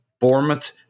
Bournemouth